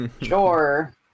Sure